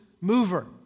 mover